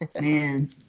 Man